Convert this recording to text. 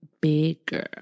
bigger